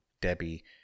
Debbie